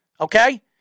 Okay